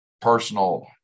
personal